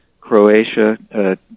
Croatia